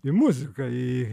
į muziką į